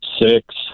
Six